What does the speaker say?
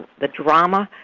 the drama,